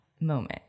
moment